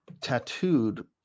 tattooed